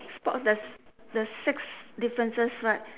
spot there's there's six differences right